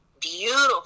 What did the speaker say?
beautiful